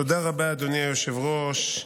תודה רבה, אדוני היושב-ראש.